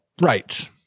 right